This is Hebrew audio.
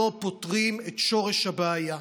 לא פותרים את שורש הבעיה.